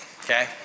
okay